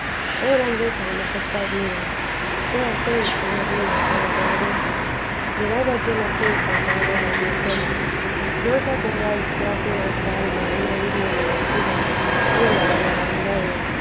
grandeza y majestad mía qué haces señor mío todopoderoso mirad a quién hacéis tan soberanas mercedes no os acordéis que ha sido esta alma un abismo de mentiras y piélago de vanidades